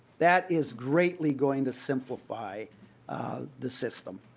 that is greatly going to simplify the system.